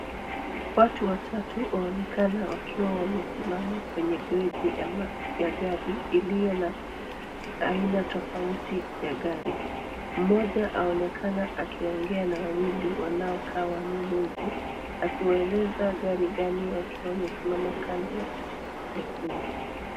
Watu watatu waonekana wakiwa wamesimama kwenye gereji ya gari iliyo na aina tofauti ya gari. Mmoja aonekana akiongea na wawili wanaokaa wanunuzi akiwaeleza gari gani wakiwa wamesimama kando ya gari nyekundu.